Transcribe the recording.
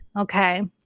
okay